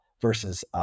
versus